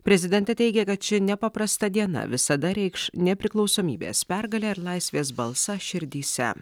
prezidentė teigia kad ši nepaprasta diena visada reikš nepriklausomybės pergalę ir laisvės balsą širdyse